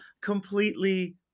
completely